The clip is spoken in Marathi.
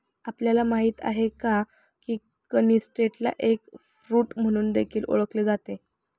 आपल्याला माहित आहे का? की कनिस्टेलला एग फ्रूट म्हणून देखील ओळखले जाते